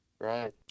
Right